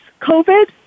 COVID